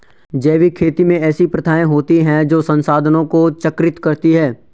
जैविक खेती में ऐसी प्रथाएँ होती हैं जो संसाधनों को चक्रित करती हैं